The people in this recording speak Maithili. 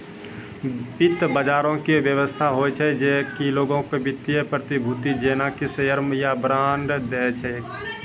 वित्त बजारो के व्यवस्था होय छै जे कि लोगो के वित्तीय प्रतिभूति जेना कि शेयर या बांड दै छै